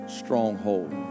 stronghold